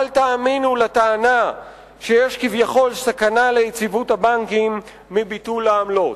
אל תאמינו לטענה שיש כביכול סכנה ליציבות הבנקים מביטול העמלות.